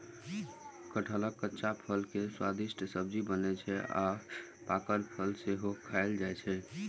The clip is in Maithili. कटहलक कच्चा फल के स्वादिष्ट सब्जी बनै छै आ पाकल फल सेहो खायल जाइ छै